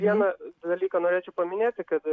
vieną dalyką norėčiau paminėti kad